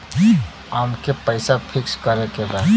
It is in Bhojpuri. अमके पैसा फिक्स करे के बा?